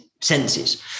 senses